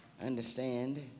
understand